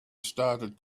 started